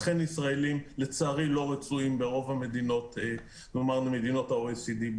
לכן ישראלים לצערי לא רצויים ברוב מדינות ה-OECD.